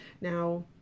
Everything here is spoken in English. Now